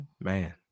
man